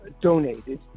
donated